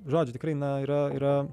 žodžiu tirkai na yra yra